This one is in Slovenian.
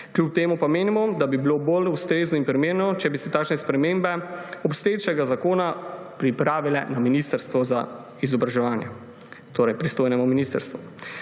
Kljub temu pa menimo, da bi bilo bolj ustrezno in primerno, če bi se takšne spremembe obstoječega zakona pripravile na ministrstvu za izobraževanje, torej pristojnem ministrstvu.